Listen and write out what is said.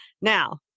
Now